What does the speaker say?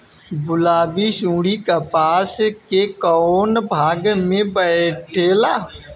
गुलाबी सुंडी कपास के कौने भाग में बैठे ला?